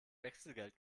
wechselgeld